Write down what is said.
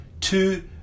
two